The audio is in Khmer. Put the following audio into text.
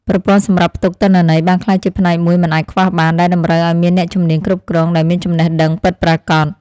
ប្រព័ន្ធសម្រាប់ផ្ទុកទិន្នន័យបានក្លាយជាផ្នែកមួយមិនអាចខ្វះបាន ដែលតម្រូវឱ្យមានអ្នកជំនាញគ្រប់គ្រងដែលមានចំណេះដឹងពិតប្រាកដ។